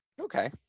okay